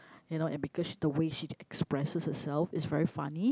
you know and because is the way she expresses herself is very funny